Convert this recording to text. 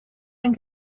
and